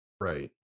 right